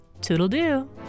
Toodle-doo